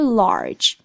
large